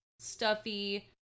stuffy